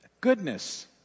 Goodness